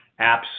apps